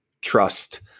trust